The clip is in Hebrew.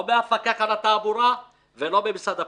לא במפקח על התעבורה ולא במשרד הפנים.